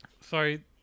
Sorry